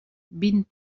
vint